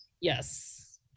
yes